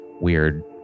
weird